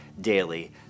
daily